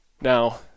Now